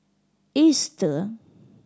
Easter